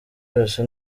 yose